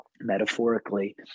metaphorically